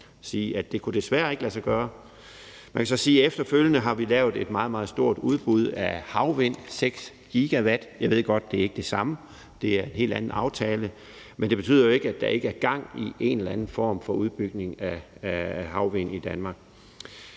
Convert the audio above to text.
til at sige ikke kunne lade sig gøre. Efterfølgende har vi lavet et meget, meget stort udbud af havvindmølleparker – 6 GW. Jeg ved godt, at det ikke er det samme og en helt anden aftale, men det betyder ikke, at der ikke er gang i en eller anden form for udbygning af havvindmølleparker